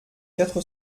quatre